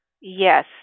Yes